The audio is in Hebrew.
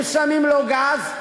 שמים לו גז,